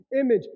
image